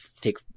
take